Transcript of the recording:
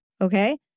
Okay